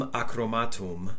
acromatum